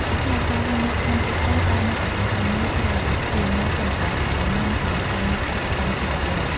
ដូច្នេះ ការរស់នៅក្នុងទីក្រុងផ្ដល់នូវឱកាសការងារច្រើនជាងនៅជនបទ ដែលមានតែការងារកសិកម្មជាចម្បង។